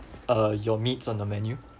uh your meats on the menu